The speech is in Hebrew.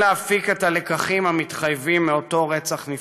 להפיק את הלקחים מאותו רצח נפשע.